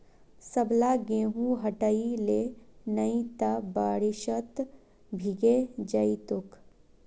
सबला गेहूं हटई ले नइ त बारिशत भीगे जई तोक